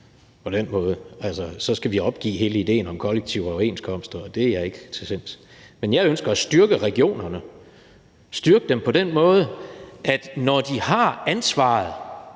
på den måde – så skal vi opgive hele idéen om kollektive overenskomster, og det er jeg ikke til sinds. Jeg ønsker at styrke regionerne – styrke dem på den måde, at når de har ansvaret